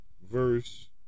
verse